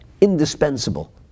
indispensable